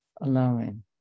allowing